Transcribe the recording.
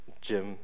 Jim